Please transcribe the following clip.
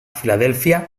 filadèlfia